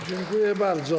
Dziękuję bardzo.